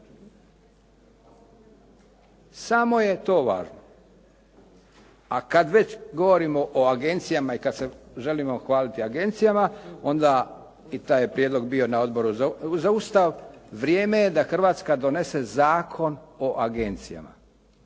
Samo je to važno. A kad već govorimo o agencijama i kad se želimo hvaliti agencijama onda i taj je prijedlog bio na Odboru za Ustav, vrijeme je da Hrvatska donese zakon o agencijama